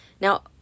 Now